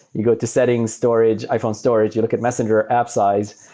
you go to settings, storage, iphone storage, you look at messenger app size,